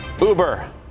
Uber